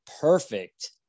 perfect